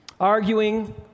arguing